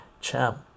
champ